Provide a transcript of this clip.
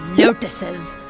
lotuses.